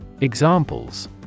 Examples